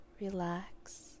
relax